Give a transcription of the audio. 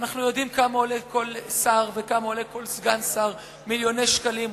אנחנו יודעים כמה עולה כל שר וכמה עולה כל סגן שר: מיליוני שקלים.